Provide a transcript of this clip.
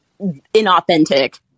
inauthentic